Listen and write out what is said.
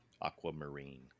Aquamarine